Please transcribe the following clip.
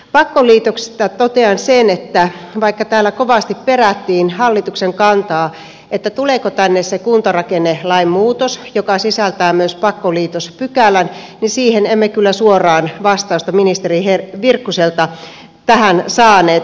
pakkoliitoksista totean sen että vaikka täällä kovasti perättiin hallituksen kantaa siitä tuleeko tänne se kuntarakennelain muutos joka sisältää myös pakkoliitospykälän niin siihen emme kyllä suoraan vastausta ministeri virkkuselta saaneet